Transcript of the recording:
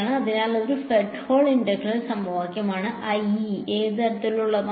അതിനാൽ ഇതൊരു Fredholm integral സമവാക്യമാണ് IE ഏത് തരത്തിലുള്ളതാണ്